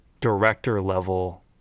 director-level